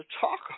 talk